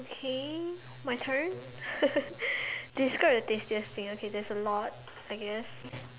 okay my turn describe the tastiest thing okay there's a lot I guess